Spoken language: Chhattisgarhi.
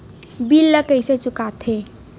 बिल ला कइसे चुका थे